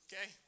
Okay